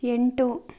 ಎಂಟು